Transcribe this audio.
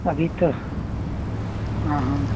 अभी तो हाँ हाँ